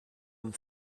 and